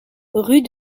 rue